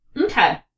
Okay